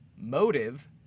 Motive